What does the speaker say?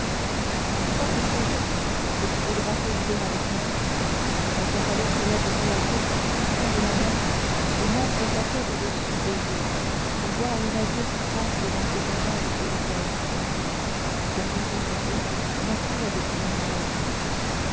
n'est-ce pas fossoyeur que tu voudras causer avec moi un cachalot s'élève peu à peu du fond de la mer et montre sa tête au-dessus des eaux pour voir le navire qui passe dans ses parages solitaires la curiosité naquit avec l'univers